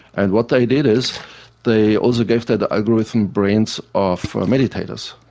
and what they did is they also gave that algorithms brains of meditators,